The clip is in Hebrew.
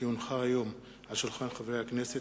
כי הונחה היום על שולחן הכנסת,